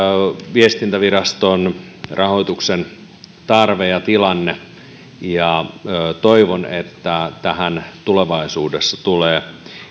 viestintäviraston rahoituksen tarve ja tilanne ja toivon että tähän tulee